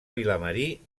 vilamarí